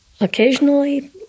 Occasionally